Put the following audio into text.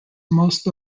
most